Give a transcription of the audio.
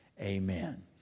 Amen